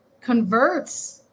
converts